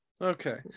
Okay